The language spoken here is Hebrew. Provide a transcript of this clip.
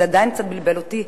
זה עדיין קצת בלבל אותי,